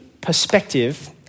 perspective